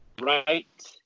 right